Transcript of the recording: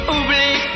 Oublie